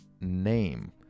name